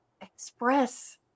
express